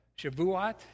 Shavuot